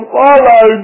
follow